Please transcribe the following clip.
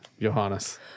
Johannes